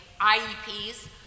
IEPs